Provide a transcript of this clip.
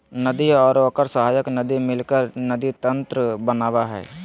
नदी और ओकर सहायक नदी मिलकर नदी तंत्र बनावय हइ